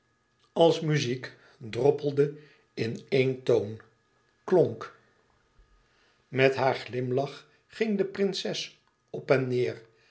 als muziek droppelende in éen toon klonk met haar glimlach ging de prinses op en neêr